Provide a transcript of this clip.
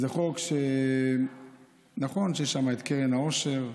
זה חוק, נכון שיש שם את קרן העושר,